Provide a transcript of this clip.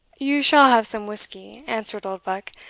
you shall have some whisky, answered oldbuck,